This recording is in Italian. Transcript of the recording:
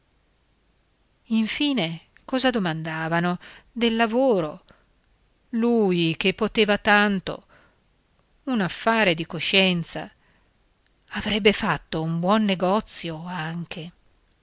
infine cosa domandavano del lavoro lui che poteva tanto un affare di coscienza avrebbe fatto un buon negozio anche